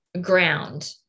ground